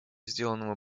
сделанному